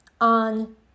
on